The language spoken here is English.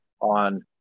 on